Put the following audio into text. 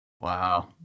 wow